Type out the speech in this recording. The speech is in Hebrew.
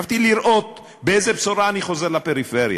לראות עם איזו בשורה אני חוזר לפריפריה,